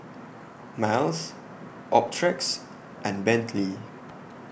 Miles Optrex and Bentley